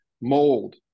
mold